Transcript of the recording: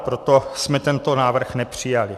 Proto jsme tento návrh nepřijali.